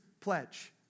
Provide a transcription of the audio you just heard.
pledge